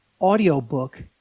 audiobook